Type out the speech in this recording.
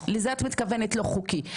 לזה את מתכוונת במילים לא חוקי.